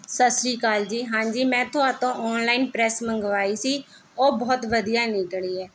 ਸਤਿ ਸ਼੍ਰੀ ਅਕਾਲ ਜੀ ਹਾਂਜੀ ਮੈਂ ਥੋਹਾਤੋਂ ਔਨਲਾਈਨ ਪ੍ਰੈੱਸ ਮੰਗਵਾਈ ਸੀ ਉਹ ਬਹੁਤ ਵਧੀਆ ਨਿਕਲੀ ਹੈ